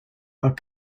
are